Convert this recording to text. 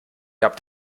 gab